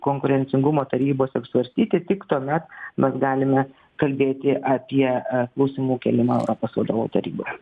konkurencingumo tarybos apsvarstyti tik tuomet mes galime kalbėti apie klausimų kėlimą europos vadovų taryboje